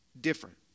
different